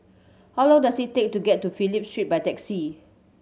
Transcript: how long does it take to get to Phillip Street by taxi